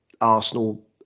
Arsenal